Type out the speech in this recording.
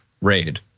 raid